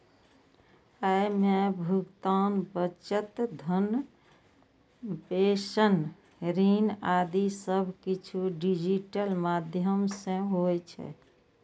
अय मे भुगतान, बचत, धन प्रेषण, ऋण आदि सब किछु डिजिटल माध्यम सं होइ छै